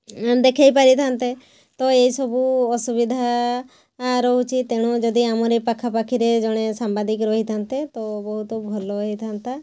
ଦେଖେଇ ପାରିଥାନ୍ତେ ତ ଏହିସବୁ ଅସୁବିଧା ରହୁଛି ତେଣୁ ଯଦି ଆମର ଏ ପାଖାପାଖିରେ ଜଣେ ସାମ୍ବାଦିକ ରହିଥାନ୍ତେ ତ ବହୁତ ଭଲ ହେଇଥାନ୍ତା